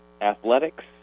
athletics